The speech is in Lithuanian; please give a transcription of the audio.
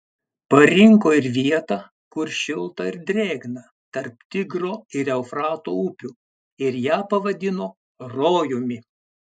parinko ir vietą kur šilta ir drėgna tarp tigro ir eufrato upių ir ją pavadino rojumi